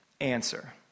answer